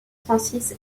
francis